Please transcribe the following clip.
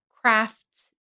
crafts